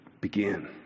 begin